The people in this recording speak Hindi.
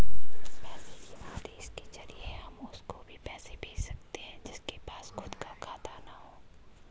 पैसे के आदेश के जरिए हम उसको भी पैसे भेज सकते है जिसके पास खुद का खाता ना हो